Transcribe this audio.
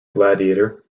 gladiator